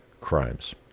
crimes